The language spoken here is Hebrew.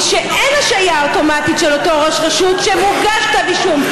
זה שאין השעיה אוטומטית של אותו ראש רשות כשמוגש כתב אישום,